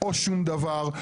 או שום דבר.